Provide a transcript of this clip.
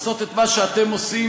אבל לעשות את מה שאתם עושים